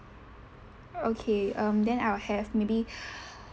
okay um then I'll have maybe